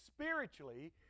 Spiritually